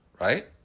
Right